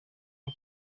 rwo